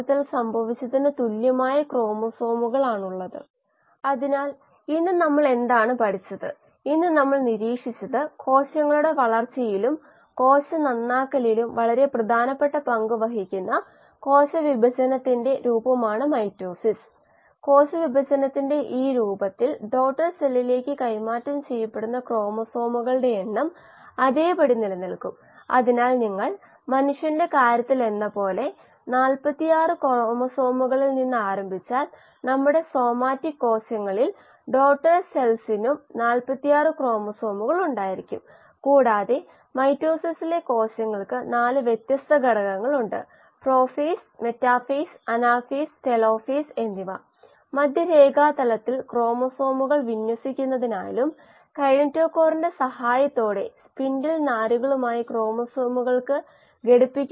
കോശ ഗാഢത x എന്നത് അത്കൊണ്ട് പരമാവധി കോശ ഗാഢത Xm ന് ആനുപാതികമായ ഔട്ട്ലെറ്റിലെ സബ്സ്റ്റ്റേറ്റ് ഗാഢത ആണ് Sm